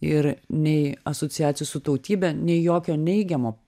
ir nei asociacijų su tautybe nei jokio neigiamo